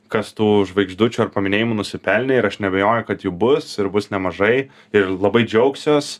kas tų žvaigždučių ar paminėjimų nusipelnė ir aš neabejoju kad jų bus ir bus nemažai ir labai džiaugsiuos